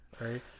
right